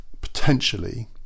potentially